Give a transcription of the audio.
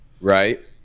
right